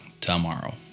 tomorrow